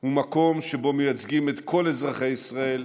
הוא מקום שבו מייצגים את כל אזרחי ישראל,